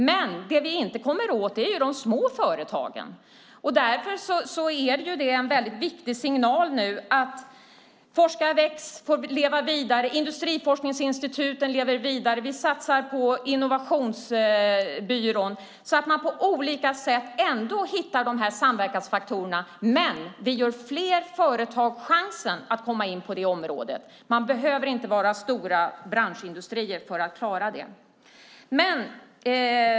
Men det vi inte kommer åt är de små företagen. Därför är det en viktig signal nu att forskningsprojekt väcks och får leva vidare. Industriforskningsinstituten lever vidare. Vi satsar på Innovationsbyrån. På det viset hittar man på olika sätt ändå samverkansfaktorerna. Men vi ger fler företag chansen att komma in på området. Det behöver inte vara stora branschindustrier för att klara det.